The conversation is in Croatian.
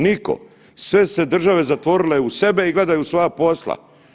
Niko, sve su se države zatvorile u sebe i gledaju svoja posla.